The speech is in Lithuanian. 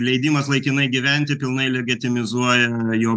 leidimas laikinai gyventi pilnai legetimizuja jo